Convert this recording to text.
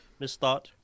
misthought